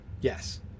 Yes